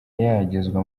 yagezwa